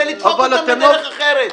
זה לדפוק אותם בדרך אחרת.